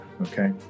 okay